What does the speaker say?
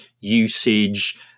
usage